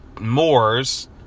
Moors